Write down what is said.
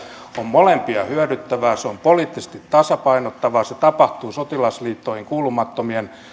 on molempia hyödyttävää se on poliittisesti tasapainottavaa se tapahtuu sotilasliittoihin kuulumattomien